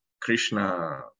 Krishna